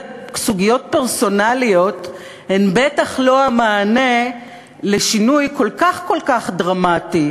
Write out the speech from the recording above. סוגיות פרסונליות הן בטח לא המענה לשינוי כל כך כל כך דרמטי